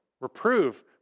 reprove